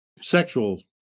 sexual